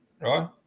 right